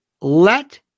let